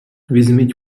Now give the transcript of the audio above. візьміть